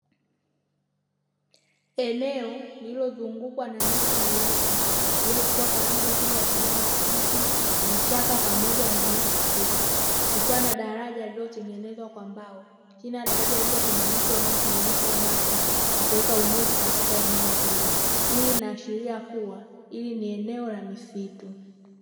Eneo lilozungukwa na miti mirefu iliyochukua kwa rangi nzuri ya kijani kibichi, vichaka pamoja na nyasi fupi, kukiwa na daraja lililotengenezwa kwa mbao, chini ya daraja hilo kuna mto unaotiririsha maji na kuweka unyevu katika eneo hilo, hii inaashiria kuwa ili ni eneo la misitu.